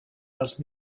dels